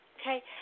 okay